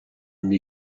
une